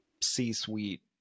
C-suite